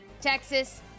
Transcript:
Texas